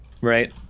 Right